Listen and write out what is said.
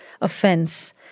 offense